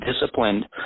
disciplined